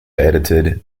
edited